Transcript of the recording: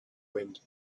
wind